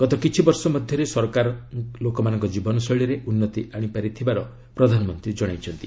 ଗତ କିଛି ବର୍ଷ ମଧ୍ୟରେ ସରକାର ଲୋକମାନଙ୍କ ଜୀବନ ଶୈଳୀରେ ଉନ୍ନତି ଆଶିପାରି ଥିବାର ପ୍ରଧାନମନ୍ତ୍ରୀ କହିଛନ୍ତି